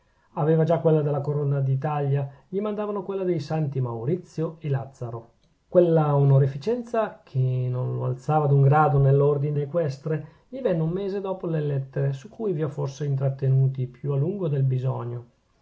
aveva già quella della corona d'italia gli mandavano quella dei santi maurizio e lazzaro quella onorificenza che non lo alzava d'un grado nell'ordine equestre gli venne un mese dopo le lettere su cui vi ho forse intrattenuti più a lungo del bisogno